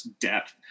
depth